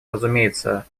разумеется